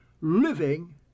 living